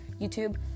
YouTube